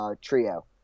trio